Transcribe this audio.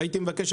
והייתי מבקש,